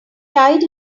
tied